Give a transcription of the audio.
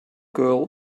girl